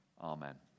Amen